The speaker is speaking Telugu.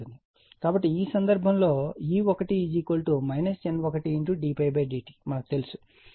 కాబట్టి ఈ సందర్భంలో E1 N1 d∅ dt అని మనకు తెలుసు